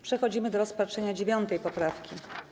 Przechodzimy do rozpatrzenia 9. poprawki.